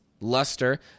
luster